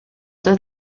due